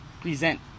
Present